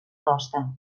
costa